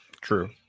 true